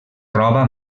roba